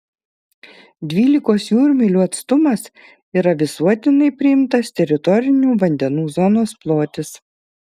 dvylikos jūrmylių atstumas yra visuotinai priimtas teritorinių vandenų zonos plotis